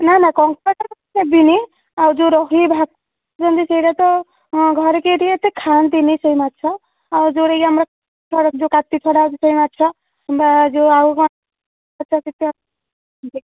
ନା ନା କଙ୍କଡ଼ା ତ ନେବିନି ଆଉ ଯେଉଁ ରୋହି ଭାକୁର ସେଇଟା ତ ଘରେ ଟିକିଏ କେହି ଖାଆନ୍ତିନି ସେଇ ମାଛ ଆଉ ଯେଉଁଟା କି ଆମେ କାତି ଛଡ଼ା ହେଉଛି ସେ ମାଛ କିମ୍ବା ଯେଉଁ ଆଉ କଣ